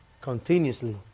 Continuously